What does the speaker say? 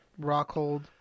Rockhold